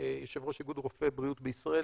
יושב-ראש איגוד רופאי בריאות הציבור בישראל,